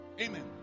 Amen